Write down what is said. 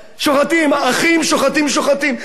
אחים שוחטים אחים.